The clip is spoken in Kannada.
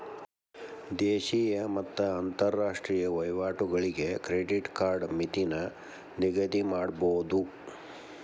ದೇಶೇಯ ಮತ್ತ ಅಂತರಾಷ್ಟ್ರೇಯ ವಹಿವಾಟುಗಳಿಗೆ ಕ್ರೆಡಿಟ್ ಕಾರ್ಡ್ ಮಿತಿನ ನಿಗದಿಮಾಡಬೋದು